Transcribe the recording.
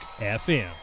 FM